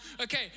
Okay